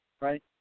Right